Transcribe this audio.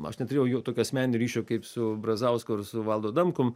aš neturėjau jo tokio asmeninio ryšio kaip su brazausku ar su valdu adamkum